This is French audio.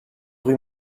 rue